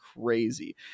crazy